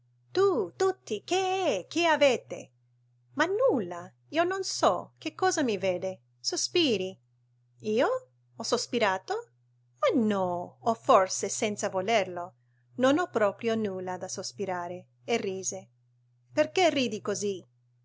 tu tutti che è che avete ma nulla io non so che cosa mi vede sospiri io ho sospirato ma no o forse senza volerlo non ho proprio nulla da sospirare e rise perché ridi così